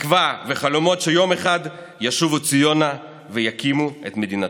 תקווה וחלומות שיום אחד ישובו ציונה ויקימו את מדינתם.